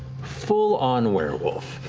full-on werewolf.